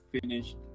finished